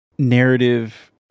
narrative